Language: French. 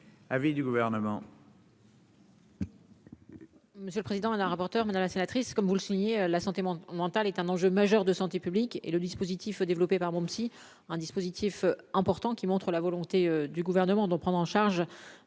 Avis du gouvernement.